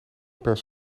per